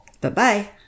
Bye-bye